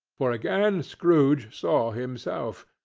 for again scrooge saw himself.